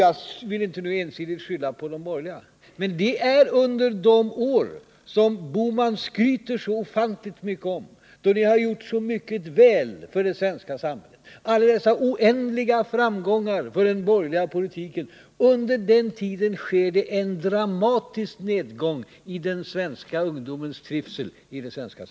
Jag vill inte ensidigt skylla på de borgerliga, men denna dramatiska nedgång i ungdomarnas trivsel i det svenska samhället har skett under de år som Gösta Bohman skryter så ofantligt om, de år då trepartiregeringen gjorde så mycket för det svenska samhället och den borgerliga politiken hade oändliga framgångar.